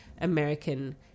American